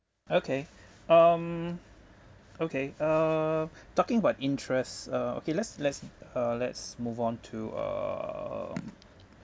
okay um okay uh talking about interest uh okay let's let's uh let's move on to um